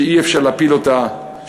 שאי-אפשר להפיל אותה,